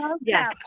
Yes